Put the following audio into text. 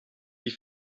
die